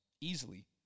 easily